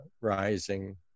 rising